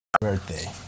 birthday